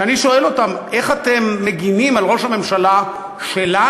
כשאני שואל אותם: איך אתם מגינים על ראש הממשלה שלנו,